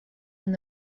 and